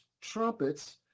trumpets